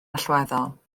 allweddol